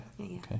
Okay